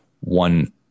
one